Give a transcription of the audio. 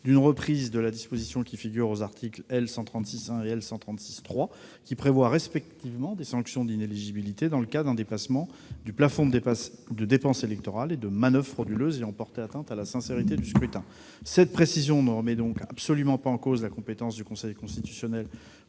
d'une reprise de la disposition qui figure aux articles L.O. 136-1 et L. 136-3, qui prévoient respectivement des sanctions d'inéligibilité dans le cas d'un dépassement du plafond de dépenses électorales et de manoeuvres frauduleuses ayant porté atteinte à la sincérité du scrutin. Cette précision ne remet donc absolument pas en cause la compétence du Conseil constitutionnel